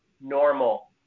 normal